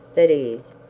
that is,